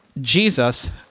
Jesus